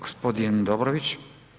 Gospodin Dobrović.